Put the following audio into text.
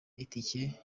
itike